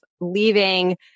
leaving